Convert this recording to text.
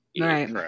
Right